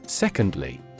Secondly